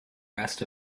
rest